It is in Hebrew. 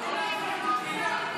--- שלושה חוקים נגד משפחות,